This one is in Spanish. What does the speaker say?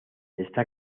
está